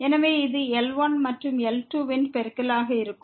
எனவே இது L1 மற்றும் L2 இன் பெருக்கலாக இருக்கும்